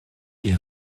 ils